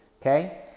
okay